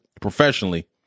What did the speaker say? professionally